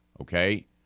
okay